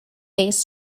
base